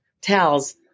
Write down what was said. towels